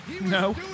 No